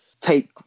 take